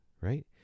right